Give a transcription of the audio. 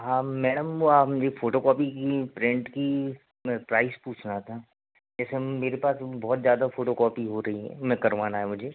हाँ मैडम वह आप मुझे फ़ोटोकॉपी की प्रिन्ट की मैं प्राइज़ पूछ रहा था ऐसे में मेरे पास बहुत ज़्यादा फ़ोटोकॉपी हो रही हैं मैं करवाना है मुझे